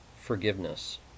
forgiveness